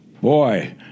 Boy